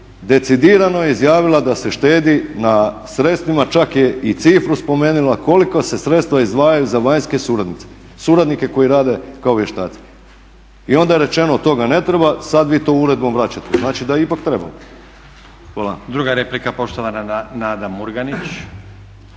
decidirano je izjavila da se štedi na sredstvima, čak je i cifru spomenula kolika se sredstva izdvajaju za vanjske suradnike koji rade kao vještaci. I onda je rečeno toga ne treba, sad vi to uredbom vraćate. Znači da ipak treba. **Stazić, Nenad (SDP)** Hvala.